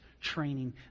training